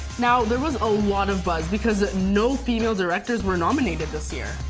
now, there was a lot of buzz because no female directors were nominated this year.